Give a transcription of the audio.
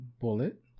Bullet